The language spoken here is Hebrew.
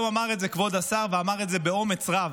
והיום אמר את זה כבוד השר, ואמר את זה באומץ רב.